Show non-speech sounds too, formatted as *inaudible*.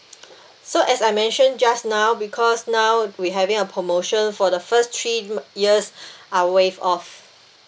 *noise* so as I mention just now because now we having a promotion for the first three years are waive off